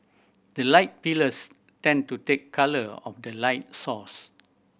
the light pillars tend to take colour of the light source